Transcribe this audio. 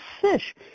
fish